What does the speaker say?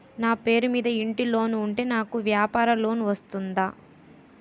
నా పేరు మీద ఇంటి లోన్ ఉంటే నాకు వ్యాపార లోన్ వస్తుందా?